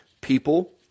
people –